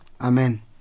amen